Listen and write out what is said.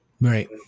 Right